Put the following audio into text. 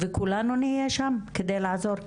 וכולנו נהיה שם כדי לעזור,